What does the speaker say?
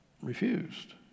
refused